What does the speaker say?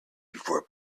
before